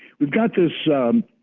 we've got this